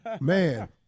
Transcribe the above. Man